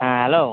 ହଁ ହ୍ୟାଲୋ